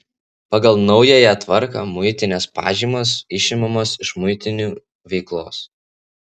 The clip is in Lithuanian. pagal naująją tvarką muitinės pažymos išimamos iš muitinių veiklos